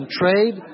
trade